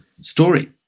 story